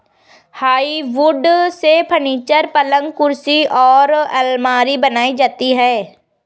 hardwood से furniture, पलंग कुर्सी और आलमारी बनाई जाती है